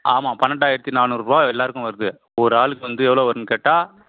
ஆமாம் பன்னெண்டாயிரத்தி நானூறுபா எல்லோருக்கும் வருது ஒரு ஆளுக்கு வந்து எவ்வளோ வரும்ன்னு கேட்டால்